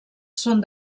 són